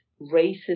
racist